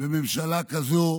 בממשלה כזו,